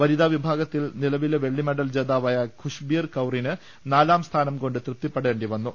വനിതാ വിഭാഗത്തിൽ നിലവിലെ വെള്ളി മെഡൽ ജേതാവായ ഖുശ്ബീർ കൌറിന് നാലാം സ്ഥാനം കൊണ്ട് തൃപ്തിപ്പെടേണ്ടി വന്നു